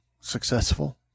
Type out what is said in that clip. successful